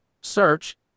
Search